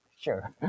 Sure